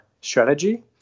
strategy